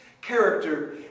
character